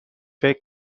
فکر